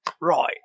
Right